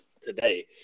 today